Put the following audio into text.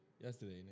Yesterday